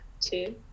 two